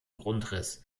grundriss